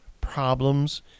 problems